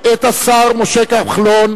את השר משה כחלון,